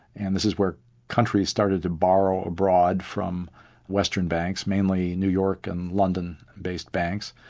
and this is where countries started to borrow abroad from western banks, mainly new york and london based banks,